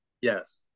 yes